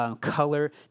color